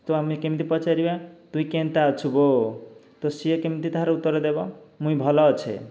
ତ ଆମେ କେମିତି ପଚାରିବା ତୁଇ କେନ୍ତା ଅଛୁଗୋ ତ ସିଏ କେମିତି ତାର ଉତ୍ତର ଦେବ ମୁଇଁ ଭଲ ଅଛେ